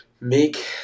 make